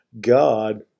God